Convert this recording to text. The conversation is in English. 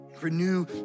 Renew